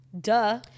Duh